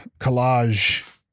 collage